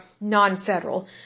non-federal